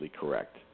correct